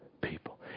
people